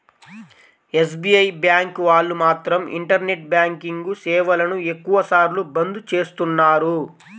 SBI bank వాళ్ళు మాత్రం internet banking సేవలను ఎక్కువ సార్లు బంద్ చేస్తున్నారు